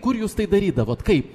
kur jūs tai darydavot kaip